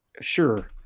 Sure